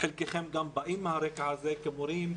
חלקכם גם באים מהרקע הזה כמורים,